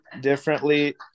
differently